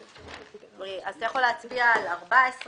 אתה יכול להצביע על סעיף 14,